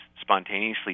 spontaneously